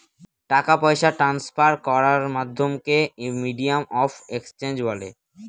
টাকা পয়সা ট্রান্সফার করার মাধ্যমকে মিডিয়াম অফ এক্সচেঞ্জ বলে